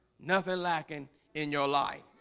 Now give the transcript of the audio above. nothing lacking in your life.